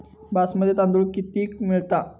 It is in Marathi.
बासमती तांदूळ कितीक मिळता?